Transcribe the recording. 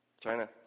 China